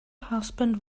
husband